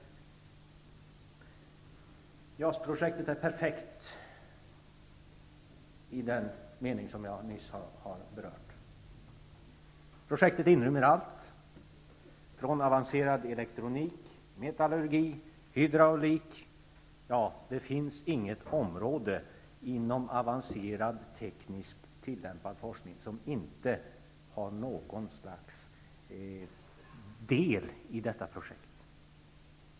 Detta projekt är ett perfekt exempel på det som jag nyss har berört. Projektet inrymmer allt från avancerad elektronik till metallurgi och hydraulik -- det finns inget område inom avancerad tekniskt tillämpad forskning som inte har någon slags del i detta projekt.